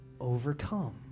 overcome